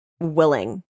willing